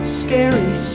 scary